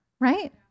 right